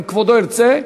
אם כבודו ירצה,